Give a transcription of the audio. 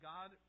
God